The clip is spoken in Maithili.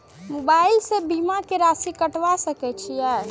मोबाइल से बीमा के राशि कटवा सके छिऐ?